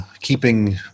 keeping